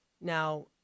Now